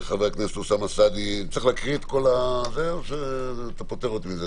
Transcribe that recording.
חברי הכנסת אוסאמה סעדי צריך להקריא את הכל או שאתה פוטר אותי מזה,